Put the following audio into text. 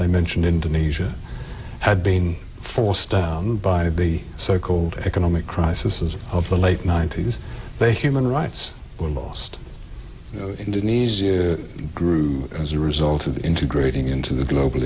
they mentioned indonesia had been forced down by the so called economic crisis of the late ninety's they human rights were lost in didn't easy grew as a result of integrating into the global